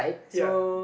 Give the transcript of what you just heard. ya